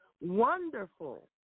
Wonderful